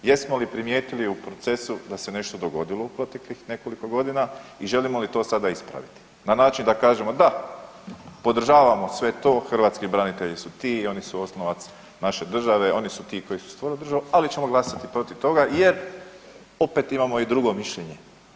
Jesmo li primijetili u procesu da se nešto dogodilo u proteklih nekoliko godina i želimo li to sada ispraviti na način da kažemo da, podržavamo sve to, hrvatski branitelji su ti i oni su oslonac naše države, oni su ti koji su stvorili državu ali ćemo glasati protiv toga jer opet imamo i drugo mišljenje.